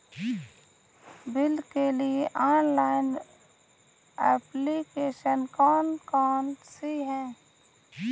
Bill के लिए online application कौन कौन सी हैं?